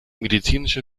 medizinische